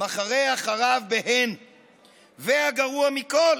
מחרה מחזיק אחריו, והגרוע מכול,